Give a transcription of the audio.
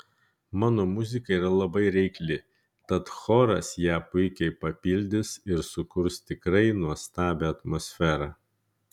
mano muzika yra labai reikli tad choras ją puikiai papildys ir sukurs tikrai nuostabią atmosferą